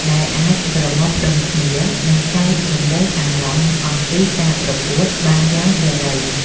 ដែលអាចប្រមូលផ្តុំគ្នា និងចែករំលែកអារម្មណ៍អំពីការប្រកួតបានយ៉ាងសេរី។